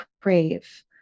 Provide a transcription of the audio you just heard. crave